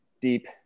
deep